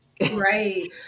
Right